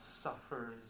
suffers